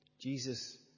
Jesus